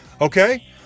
Okay